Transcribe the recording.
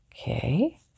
Okay